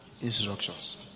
Instructions